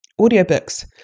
audiobooks